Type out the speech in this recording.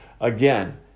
again